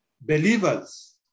Believers